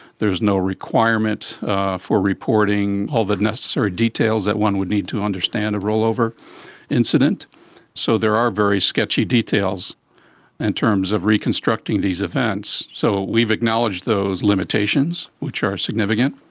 there is no requirement for reporting all the necessary details that one would need to understand a rollover incident. and so there are very sketchy details in terms of reconstructing these events. so we've acknowledged those limitations, which are significant.